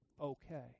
okay